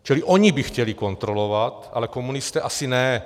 Čili oni by chtěli kontrolovat, ale komunisté asi ne.